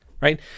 right